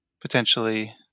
potentially